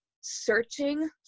searching